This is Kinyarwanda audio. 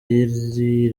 iyi